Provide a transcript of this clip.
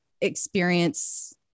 experience